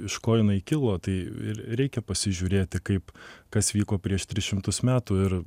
iš ko jinai kilo tai ir reikia pasižiūrėti kaip kas vyko prieš tris šimtus metų ir